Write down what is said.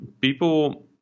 People